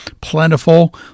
plentiful